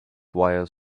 wires